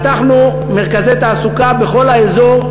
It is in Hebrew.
פתחנו מרכזי תעסוקה בכל האזור,